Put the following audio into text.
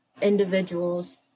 individuals